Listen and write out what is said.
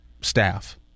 staff